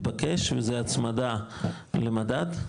מתבקש, וזה הצמדה למדד.